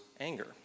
anger